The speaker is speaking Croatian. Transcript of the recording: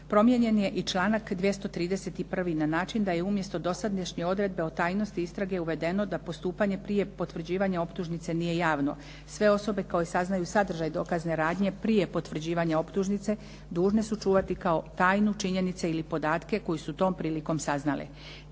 Promijenjen je i članak 231. na način da je umjesto dosadašnje odredbe o tajnosti istrage uvedeno da postupanje prije potvrđivanja optužnice nije javno. Sve osobe koje saznaju sadržaj dokazne radnje prije potvrđivanja optužnice dužni su čuvati kao tajnu činjenice ili podatke koju su tom prilikom saznale.